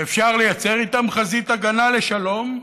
שאפשר לייצר איתן חזית הגנה לשלום,